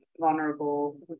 vulnerable